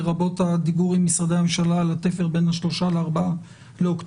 לרבות הדיבור עם משרדי הממשלה על התפר בין ה-3 ל-4 באוקטובר.